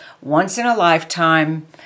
once-in-a-lifetime